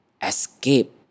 escape